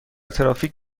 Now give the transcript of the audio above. ترافیک